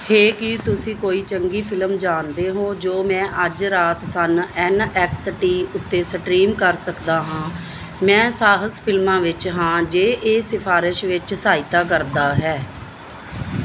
ਹੇ ਕੀ ਤੁਸੀਂ ਕੋਈ ਚੰਗੀ ਫਿਲਮ ਜਾਣਦੇ ਹੋ ਜੋ ਮੈਂ ਅੱਜ ਰਾਤ ਸਨ ਐੱਨ ਐਕਸ ਟੀ ਉੱਤੇ ਸਟ੍ਰੀਮ ਕਰ ਸਕਦਾ ਹਾਂ ਮੈਂ ਸਾਹਸ ਫਿਲਮਾਂ ਵਿੱਚ ਹਾਂ ਜੇ ਇਹ ਸਿਫਾਰਸ਼ ਵਿੱਚ ਸਹਾਇਤਾ ਕਰਦਾ ਹੈ